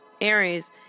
Aries